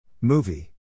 Movie